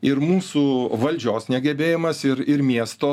ir mūsų valdžios negebėjimas ir ir miesto